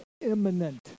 imminent